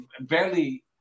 barely